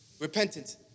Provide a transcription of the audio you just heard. Repentance